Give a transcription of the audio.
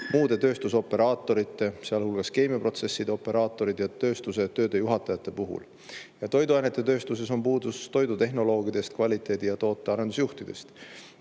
muude tööstusoperaatorite, sealhulgas keemiaprotsesside operaatorid, ja tööstuse tööde juhatajate puhul. Toiduainetetööstuses on puudus toidutehnoloogidest ning kvaliteedi- ja tootearendusjuhtidest.